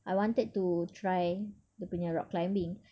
I wanted to try dia punya rock climbing